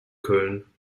köln